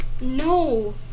No